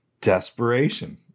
desperation